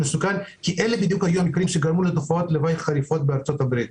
שאלה בדיוק היו המקרים שגרמו לתופעות לוואי חריפות בארצות הברית.